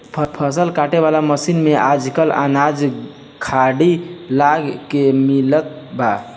फसल काटे वाला मशीन में आजकल अनाज गाड़ी लग के मिलत बा